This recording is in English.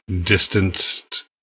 distanced